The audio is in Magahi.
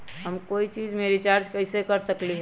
हम कोई मोबाईल में रिचार्ज कईसे कर सकली ह?